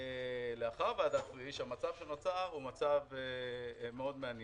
לאחר ועדת פריש המצב שנוצר הוא מצב מאוד מעניין.